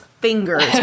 fingers